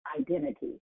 identity